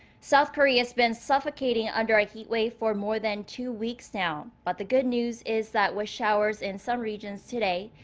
south korea's been suffocating under a heatwave for more than two weeks now. but the good news is that, with showers in some regions today,